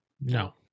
No